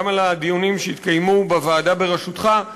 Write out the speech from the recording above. גם על הדיונים שהתקיימו בוועדה בראשותך,